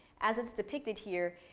as it's depicted here,